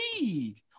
league